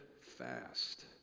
fast